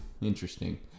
interesting